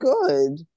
good